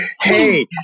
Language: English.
Hey